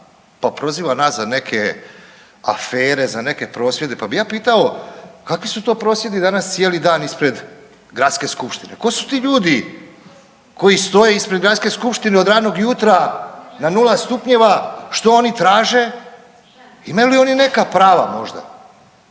pa proziva nas za neke afere, za neke prosvjede, pa bi ja pitao kakvi su to prosvjedi danas cijeli dan ispred gradske skupštine, tko su ti ljudi koji stoje ispred gradske skupštine od ranog jutra na nula stupnjeva, što oni traže, imaju li oni neka prava možda